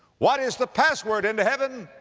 what is the password into heaven?